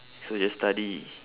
so we just study